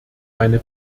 meine